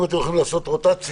אם אתם יכולים לעשות רוטציה,